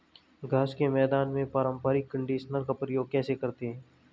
घास के मैदान में पारंपरिक कंडीशनर का प्रयोग कैसे करते हैं?